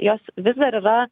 jos vis dar yra